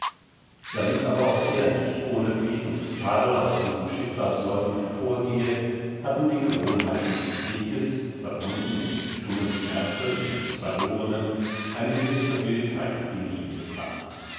damit aber auch er nicht ohne fehl und tadel aus diesen schicksalsläufen hervorgehe hatten die gewohnheiten des krieges verbunden mit dem stummen schmerze wegen des verlorenen eine gewisse wildheit in ihn gebracht